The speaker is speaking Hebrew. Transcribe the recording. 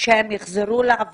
להגיע לכך שהן יחזרו לעבוד.